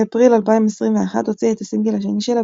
באפריל 2021 הוציאה את הסינגל השני שלה,